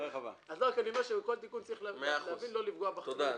אז אני רק אומר שבכל תיקון צריך להבין לא לפגוע במשלמים.